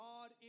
God